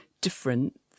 different